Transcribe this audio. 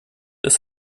ist